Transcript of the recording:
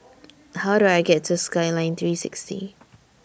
How Do I get to Skyline three sixty